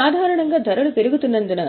సాధారణంగా ధరలు పెరుగుతున్నందున